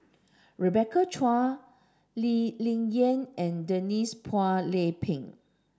Rebecca Chua Lee Ling Yen and Denise Phua Lay Peng